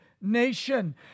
nation